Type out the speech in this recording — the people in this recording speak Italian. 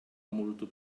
molto